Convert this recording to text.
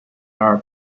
are